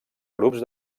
grups